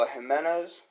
Jimenez